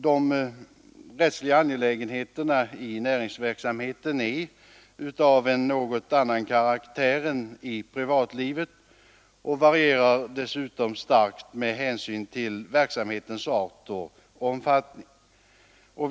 De rättsliga angelägenheterna i näringsverksamheten är av en något annan karaktär än i privatlivet och varierar dessutom starkt med hänsyn till verksamhetens art och omfattning.